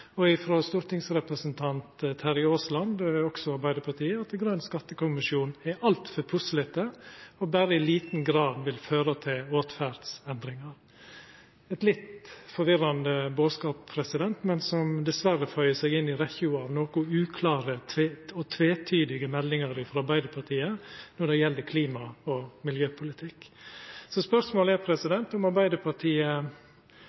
og frå stortingsrepresentant Terje Aasland, også Arbeidarpartiet, at Grøn skattekommisjon er altfor puslete og berre i liten grad vil føra til åtferdsendringar – ein litt forvirrande bodskap, men som dessverre føyer seg inn i rekkja av noko uklare og tvetydige meldingar frå Arbeidarpartiet når det gjeld klima- og miljøpolitikk. Spørsmålet er